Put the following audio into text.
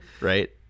Right